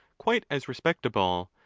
quite as respectable,